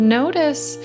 notice